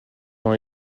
dans